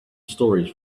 stories